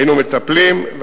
היינו מטפלים בה.